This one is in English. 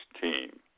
team